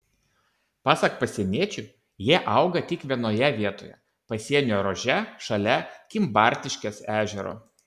pasak pasieniečių jie auga tik vienoje vietoje pasienio ruože šalia kimbartiškės ežero